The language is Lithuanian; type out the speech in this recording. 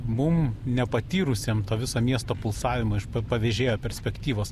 mum nepatyrusiem to viso miesto pulsavimo iš pa pavėžėjo perspektyvos